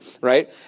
Right